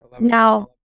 now